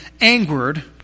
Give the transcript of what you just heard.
angered